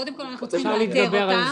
קודם כל אנחנו צריכים לאתר אותם,